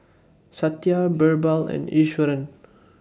Satya Birbal and Iswaran